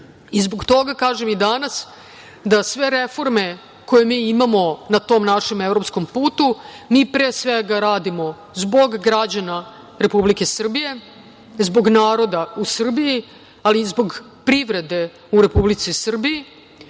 SrbijeZbog toga kažem i danas da sve reforme koje mi imamo na tom našem evropskom putu, mi, pre svega, radimo zbog građana Republike Srbije, zbog naroda u Srbiji, ali i zbog privrede u Republici Srbiji,